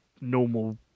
normal